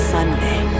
Sunday